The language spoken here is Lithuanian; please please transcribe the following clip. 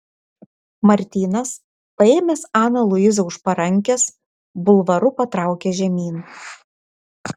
martynas paėmęs aną luizą už parankės bulvaru patraukė žemyn